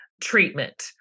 treatment